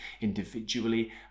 individually